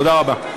תודה רבה.